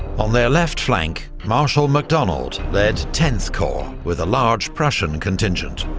on their left flank marshal macdonald led tenth corps, with a large prussian contingent,